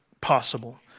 possible